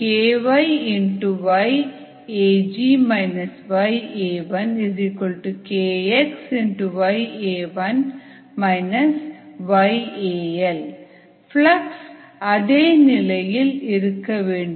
ky yAG yAikx flux அதே நிலையில் இருக்க வேண்டும்